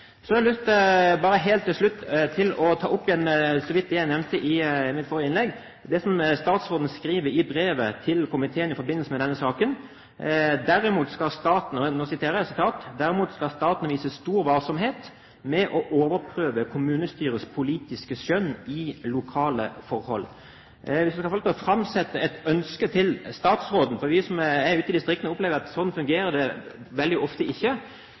har jeg lyst til å ta opp igjen det jeg så vidt nevnte i mitt forrige innlegg, nemlig det statsråden skriver i brevet til komiteen i forbindelse med denne saken: «Derimot skal staten vise stor varsomhet med å overprøve kommunestyrets politiske skjønn i lokale forhold.» Vi som er ute i distriktene, opplever at slik fungerer det veldig ofte ikke. Jeg vil gjerne få lov til å framsette et ønske til statsråden: Er statsråden villig til å sende ut retningslinjer som understreker dette for fylkesmennene rundt omkring, at